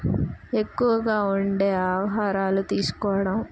ఎక్కువగా ఉండే ఆహారాలు తీసుకోవడం